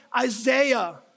Isaiah